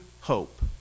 hope